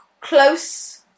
close